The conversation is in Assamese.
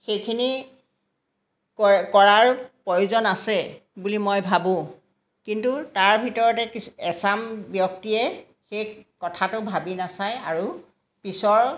সেইখিনি ক কৰাৰ প্ৰয়োজন আছে বুলি মই ভাবোঁ কিন্তু তাৰ ভিতৰতে কিছু এছাম ব্যক্তিয়ে সেই কথাটো ভাবি নাচায় আৰু পিছৰ